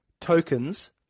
tokens